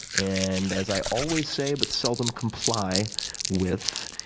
and as i always say but seldom comply with,